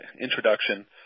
introduction